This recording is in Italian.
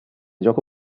gioco